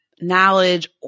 knowledge